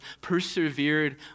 persevered